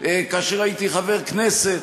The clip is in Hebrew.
כאשר הייתי חבר כנסת,